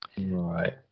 Right